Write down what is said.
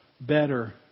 Better